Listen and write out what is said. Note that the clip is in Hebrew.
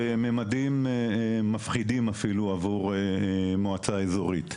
ואפילו בממדים מפחידים עבור מועצה אזורית.